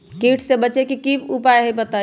कीट से बचे के की उपाय हैं बताई?